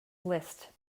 liszt